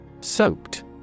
Soaked